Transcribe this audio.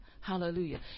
Hallelujah